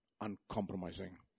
uncompromising